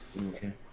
Okay